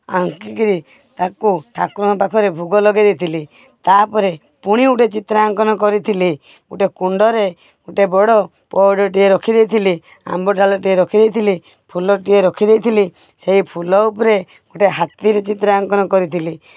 ଆଙ୍କିକରି ତାକୁ ଠାକୁରଙ୍କ ପାଖରେ ଭୋଗ ଲଗାଇଦେଇଥିଲି ତା'ପରେ ପୁଣି ଗୋଟେ ଚିତ୍ରାଙ୍କନ କରିଥିଲି ଗୋଟେ କୁଣ୍ଡରେ ଗୋଟେ ବଡ଼ ପଇଡ଼ଟିଏ ରଖିଦେଇଥିଲି ଆମ୍ବଡାଳଟିଏ ରଖିଦେଇଥିଲି ଫୁଲଟିଏ ରଖିଦେଇଥିଲି ସେଇ ଫୁଲ ଉପରେ ଗୋଟେ ହାତୀର ଚିତ୍ରାଆଙ୍କନ କରିଥିଲି